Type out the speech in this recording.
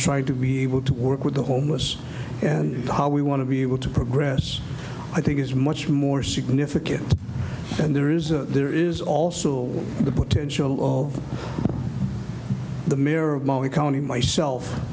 trying to be able to work with the homeless and how we want to be able to progress i think is much more significant and there is a there is also the potential of the mayor of my county myself